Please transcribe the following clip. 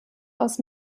aus